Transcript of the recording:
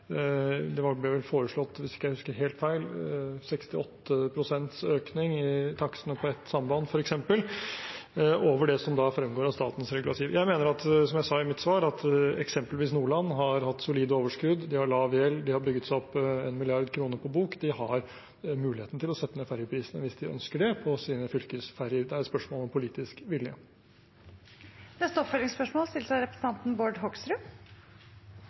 Det ble f.eks. foreslått, hvis jeg ikke husker helt feil, 68 pst. økning i takstene på ett samband – over det som fremgår av statens regulativ. Jeg mener, som jeg sa i mitt svar, at eksempelvis Nordland har hatt solid overskudd. De har lav gjeld, de har bygget seg opp 1 mrd. kr på bok, og de har mulighet til å sette ned ferjeprisene på sine fylkesferjer hvis de ønsker det. Det er et spørsmål om politisk vilje. Bård Hoksrud – til oppfølgingsspørsmål.